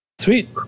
Sweet